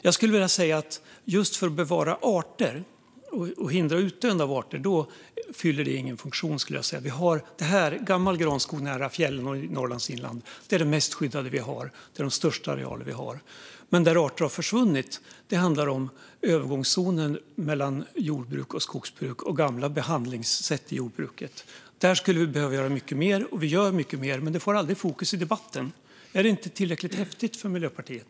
När det gäller just att bevara och hindra utdöende av arter skulle jag säga att det inte fyller någon funktion. Vi har gammal granskog nära fjällen och i Norrlands inland. Det är de mest skyddade och största arealerna vi har. Men arter har försvunnit i övergångszonen mellan jordbruk och skogsbruk och på grund av gamla behandlingssätt i jordbruket. Där skulle vi behöva göra mycket mer, och vi gör mycket mer. Men det blir aldrig fokus på det i debatten. Är det inte tillräckligt häftigt för Miljöpartiet?